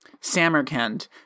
Samarkand